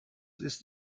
ist